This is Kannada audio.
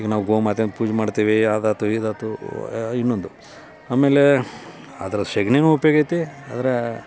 ಈಗ ನಾವು ಗೋಮಾತೆ ಅಂತ ಪೂಜೆ ಮಾಡ್ತೇವೆ ಅದು ಆಯ್ತು ಇದು ಆಯ್ತು ಇನ್ನೊಂದು ಆಮೇಲೆ ಅದರ ಸಗ್ಣಿನೂ ಉಪ್ಯೋಗ ಐತಿ ಅದರ